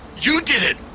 you did it!